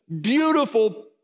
beautiful